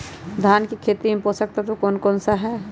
धान की खेती में पोषक तत्व कौन कौन सा है?